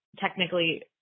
technically